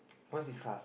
what's his class